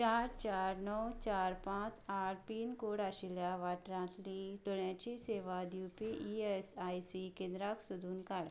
चार चार णव चार पांच आठ पिन कोड आशिल्ल्या वाठारांतली दोळ्यांची सेवा दिवपी ई एस आय सी केंद्रांक सोदून काड